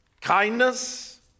kindness